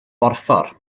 borffor